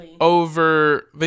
over